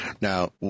Now